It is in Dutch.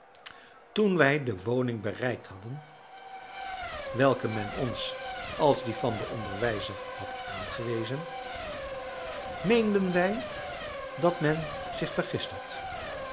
toen wij de woning bereikt hadden welke men ons als die van den onderwijzer had aangewezen meenden wij dat men zich vergist had